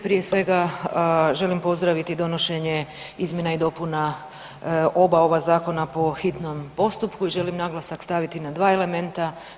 Prije svega želim pozdraviti donošenje izmjena i dopuna oba ova zakona po hitnom postupku i želim naglasak staviti na dva elementa.